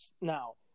now